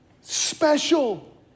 special